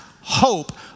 hope